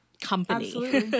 company